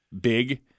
big